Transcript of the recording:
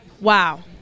Wow